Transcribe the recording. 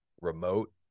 remote